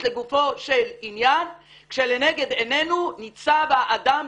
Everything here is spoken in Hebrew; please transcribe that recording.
לגופו של ענין כשלנגד עינינו ניצב האדם,